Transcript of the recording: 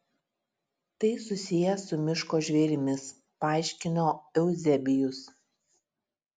tai susiję su miško žvėrimis paaiškino euzebijus